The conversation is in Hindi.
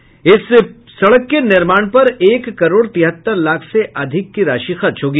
डीपीआर के निर्माण पर एक करोड़ तिहत्तर लाख से अधिक की राशि खर्च होगी